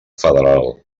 federal